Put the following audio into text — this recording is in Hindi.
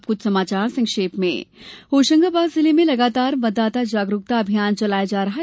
अब कुछ समाचार संक्षेप में होशंगाबाद जिले में लगातार मतदाता जागरूकता अभियान चलाया जा रहा है